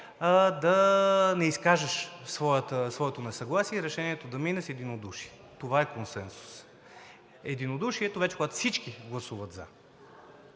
да не изкажеш своето несъгласие и решението да мине с единодушие – това е консенсус. Единодушието е вече, когато всички гласуват „за“.